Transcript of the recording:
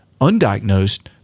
undiagnosed